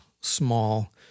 small